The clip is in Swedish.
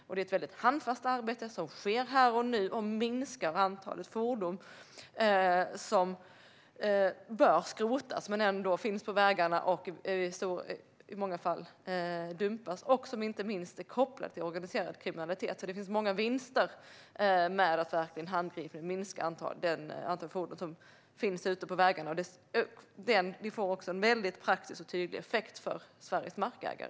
Det är ett väldigt handfast arbete som sker här och nu och som minskar antalet fordon som bör skrotas men ändå finns på vägarna och i många fall dumpas. Inte minst är detta kopplat till organiserad kriminalitet, så det finns många vinster med att handgripligen minska antalet fordon som finns ute på vägarna. Det får också en väldigt praktisk och tydlig effekt för Sveriges markägare.